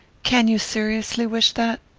can you seriously wish that?